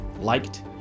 liked